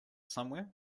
somewhere